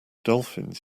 dolphins